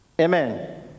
Amen